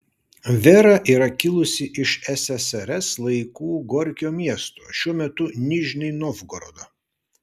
vera yra kilusi iš ssrs laikų gorkio miesto šiuo metu nižnij novgorodo